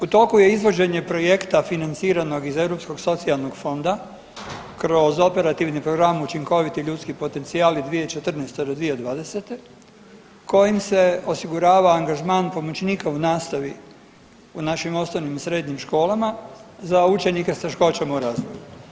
U toku je izvođenje projekta financiranog iz Europskog socijalnog fonda kroz Operativni program, Učinkoviti ljudski potencijali 2014.-2020. kojim se osigurava angažman pomoćnika u nastavi u našim osnovnim i srednjim školama za učenike s teškoćama u razvoju.